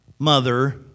mother